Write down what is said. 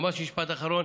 ממש משפט אחרון,